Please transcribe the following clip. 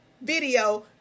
video